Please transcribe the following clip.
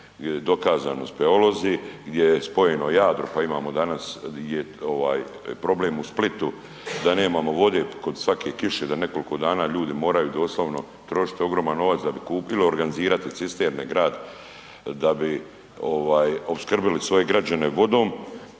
dokazano speolozi, gdje je spojeno Jadro, pa imamo danas ovaj problem u Splitu da nemamo vode kod svake kiše da nekoliko dana ljudi moraju doslovno trošit ogroman novac da bi kupilo, organizirati cisterne grad da bi ovaj opskrbili svoje građane vodom